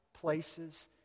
places